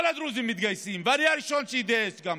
כל הדרוזים מתגייסים, ואני הראשון שאתגייס שם.